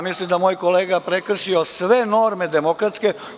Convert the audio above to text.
Mislim da je moj kolega prekršio sve norme demokratske.